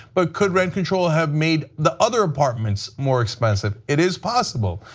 but could rent control have made the other apartments more expensive? it is possible.